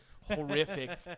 horrific